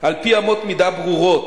על-פי אמות מידה ברורות.